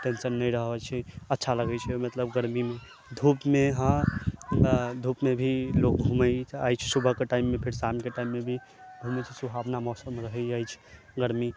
ओकर टेंसन नहि रहै छै अच्छा लागै छै गरमी मे धूप मे हँ धूप मे भी लोग घूमै अछि सुबह के टाइम मे फेर शाम के टाइम मे भी घूमय छै सुहावना मौसम रहै अछि गरमी